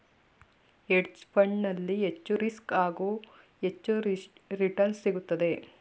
hedge fund ನಲ್ಲಿ ಹೆಚ್ಚು risk, ಹಾಗೂ ಹೆಚ್ಚು ರಿಟರ್ನ್ಸ್ ಸಿಗುತ್ತದೆ